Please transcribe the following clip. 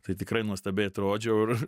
tai tikrai nuostabiai atrodžiau ir